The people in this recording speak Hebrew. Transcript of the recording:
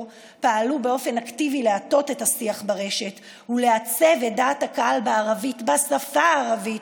פעלו באופן אקטיבי להטות את השיח ברשת ולעצב את דעת הקהל בשפה הערבית,